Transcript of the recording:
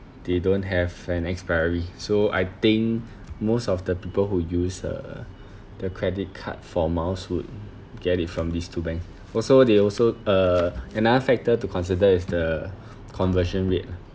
they don't have an expiry so I think most of the people who use uh the credit card for miles would get it from these two banks also they also uh another factor to consider is the conversion rate lah